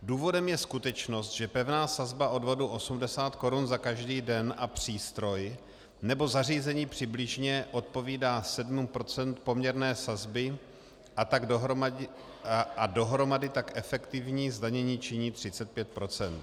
Důvodem je skutečnost, že pevná sazba odvodu 80 korun za každý den a přístroj nebo zařízení přibližně odpovídá 7 % poměrné sazby, a dohromady tak efektivní zdanění činí 35 %.